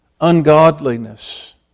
ungodliness